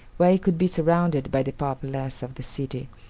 where it could be surrounded by the populace of the city,